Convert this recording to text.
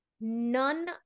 none